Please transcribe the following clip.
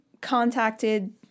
contacted